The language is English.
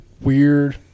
weird